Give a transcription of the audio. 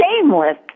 shameless